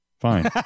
fine